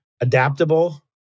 Adaptable